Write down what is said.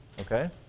Okay